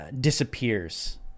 disappears